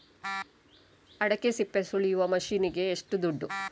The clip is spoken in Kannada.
ಅಡಿಕೆ ಸಿಪ್ಪೆ ಸುಲಿಯುವ ಮಷೀನ್ ಗೆ ಏಷ್ಟು ದುಡ್ಡು?